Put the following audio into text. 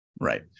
Right